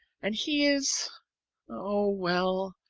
and he is oh, well!